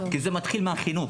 כי זה מתחיל בחינוך,